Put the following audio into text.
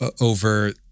over